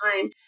time